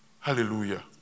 Hallelujah